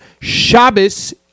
Shabbos